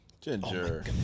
Ginger